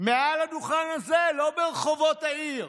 מעל הדוכן הזה, לא ברחובות העיר.